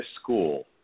school